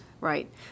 Right